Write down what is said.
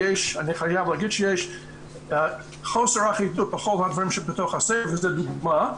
ואני חייב להגיד שיש חוסר אחידות בכל הדברים שבתוך הספר וזה דוגמה,